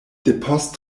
depost